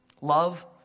love